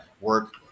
work